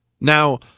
Now